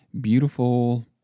beautiful